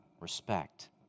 respect